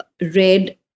read